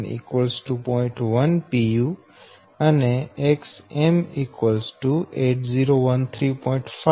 1 pu અને Xm 8013